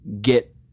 get